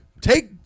Take